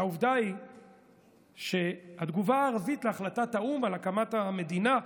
והעובדה היא שהתגובה הערבית להחלטת האו"ם על הקמת המדינה,